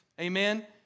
Amen